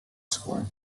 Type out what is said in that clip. school